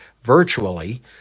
virtually